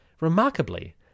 Remarkably